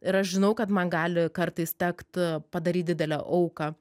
ir aš žinau kad man gali kartais tekt padaryt didelę auką